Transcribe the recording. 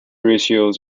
ratios